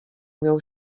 miał